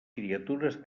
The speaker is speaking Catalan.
criatures